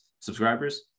subscribers